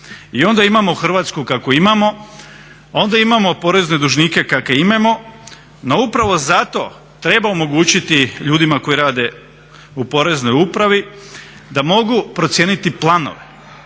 I onda imamo Hrvatsku kakvu imamo, onda imamo porezne dužnike kakve imamo, no upravo zato treba omogućiti ljudima koji rade u Poreznoj upravi da mogu procijeniti planove.